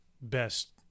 best